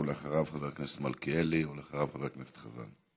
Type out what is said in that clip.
אחריו, חבר הכנסת מלכיאלי, ואחריו, חבר הכנסת חזן.